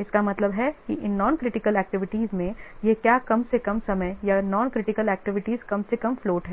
इसका मतलब है कि इन नॉन क्रिटिकल एक्टिविटीज में यह क्या कम से कम समय याऔर नॉन क्रिटिकल एक्टिविटीज कम से कम फ्लोट हैं